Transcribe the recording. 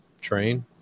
train